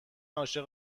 عاشق